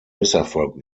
misserfolg